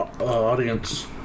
audience